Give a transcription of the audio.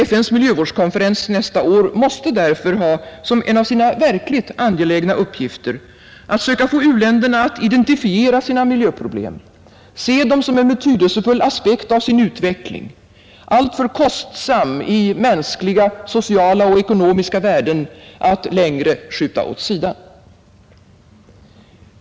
FN:s miljövårdskonferens nästa år måste därför ha som en av sina verkligt angelägna uppgifter att söka få u-länderna att identifiera sina miljöproblem, se dem som en betydelsefull aspekt av sin utveckling, alltför kostsam i mänskliga, sociala och ekonomiska värden att längre skjuta åt sidan.